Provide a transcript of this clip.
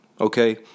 Okay